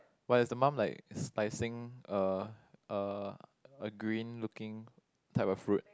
but is the mum like slicing a a a green looking type of fruit